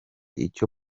icyo